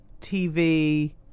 TV